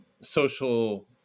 social